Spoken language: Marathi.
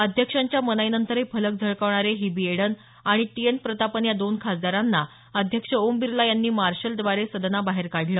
अध्यक्षांच्या मनाईनंतरही फलक झळकावणारे हिबी एडन आणि टी एन प्रतापन या दोन खासदारांना अध्यक्ष ओम बिर्ला यांनी मार्शलद्वारे सदनाबाहेर काढलं